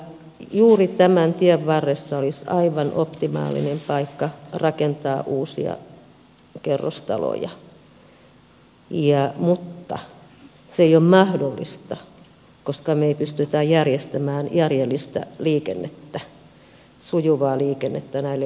juuri tämän tien varressa olisi aivan optimaalinen paikka rakentaa uusia kerrostaloja mutta se ei ole mahdollista koska me emme pysty järjestämään järjellistä liikennettä sujuvaa liikennettä näille uusille asukkaille